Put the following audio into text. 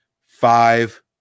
five